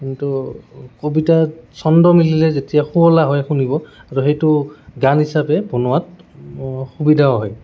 কিন্তু কবিতাত চন্দ মিলিলে যেতিয়া শুৱলা হয় শুনিব আৰু সেইটো গান হিচাপে বনোৱাত সুবিধাও হয়